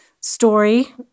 story